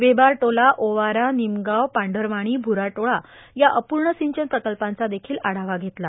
वेबारटोला ओवारा निमगांव पांढरवाणी भूराटोळा या अपूर्ण सिंचन प्रकल्पांचा देखील आढावा घेतला